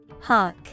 Hawk